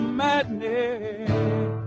madness